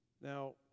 Now